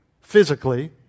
physically